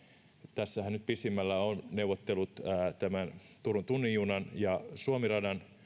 tässähän nyt pisimmällä ovat neuvottelut tämän turun tunnin junan ja suomi radan